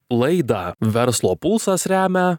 laidą verslo pulsas remia